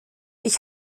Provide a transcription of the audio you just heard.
ich